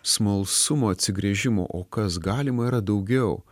smalsumo atsigręžimo o kas galima yra daugiau